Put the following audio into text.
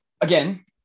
again